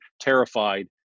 terrified